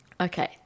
Okay